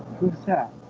who's that?